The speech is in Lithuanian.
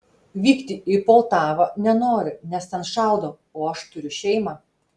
vykti į poltavą nenoriu nes ten šaudo o aš turiu šeimą